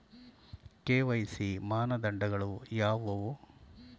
KYC ಮಾನದಂಡಗಳು ಯಾವುವು?